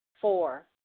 Four